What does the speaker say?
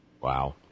Wow